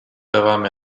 devam